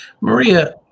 Maria